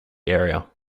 area